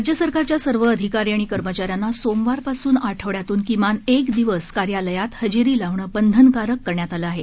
राज्य सरकारच्या सर्व अधिकारी आणि कर्मचाऱ्यांना सोमवारपासून आठवड्यातून किमान एक दिवस कार्यालयात हजेरी लावणं बंधनकारक करण्यात आलं आहे